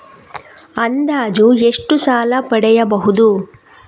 ಅಂದಾಜು ಎಷ್ಟು ಸಾಲ ಪಡೆಯಬಹುದು?